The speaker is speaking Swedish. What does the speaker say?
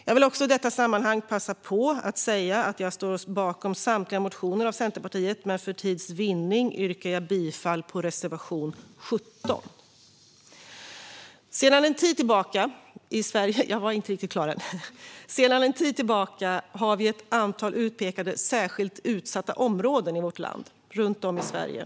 Jag vill i detta sammanhang passa på att säga att jag står bakom samtliga motioner från Centerpartiet, men för tids vinnande yrkar jag bifall bara till reservation 17. Sedan en tid tillbaka har vi ett antal utpekade särskilt utsatta områden runt om i Sverige.